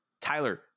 Tyler